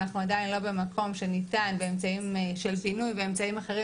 אנחנו עדיין לא במקום שניתן באמצעים של פינוי ואמצעים אחרים,